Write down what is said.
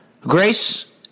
Grace